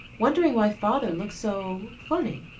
wondering why father looked so funny.